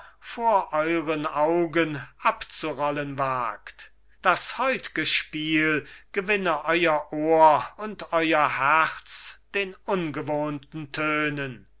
vor euren augen abzurollen wagt das heutge spiel gewinne euer ohr und euer herz den ungewohnten tönen